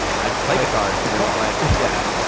i play guitar so there's like, yeah,